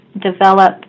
develop